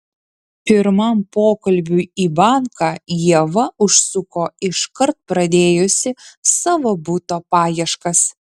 pirmam pokalbiui į banką ieva užsuko iškart pradėjusi savo buto paieškas